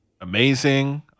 amazing